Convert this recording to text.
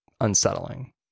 unsettling